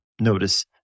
notice